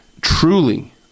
truly